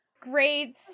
Great